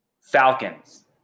Falcons